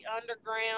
underground